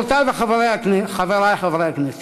חברותי וחברי חברי הכנסת,